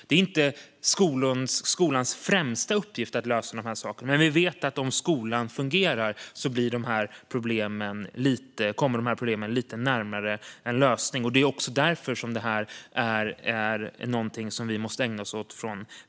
Det är som sagt inte skolans främsta uppgift att lösa dessa problem, men vi vet att om skolan fungerar kommer de lite närmare en lösning. Det är också därför rikspolitiken måste ägna sig åt detta.